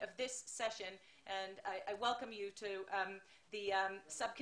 אני מברכת את הגיעכם לוועדה הזו,